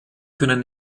können